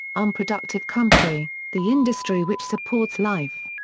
unproductive country, the industry which supports life.